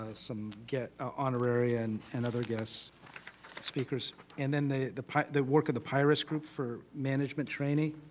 ah some get honorary and and other guest speakers and then the the the work of the piras group for management trainee,